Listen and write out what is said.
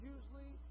Usually